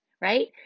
Right